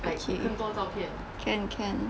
okay can can